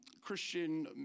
Christian